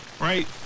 right